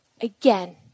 again